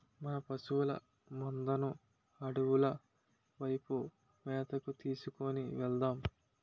మన పశువుల మందను అడవుల వైపు మేతకు తీసుకు వెలదాం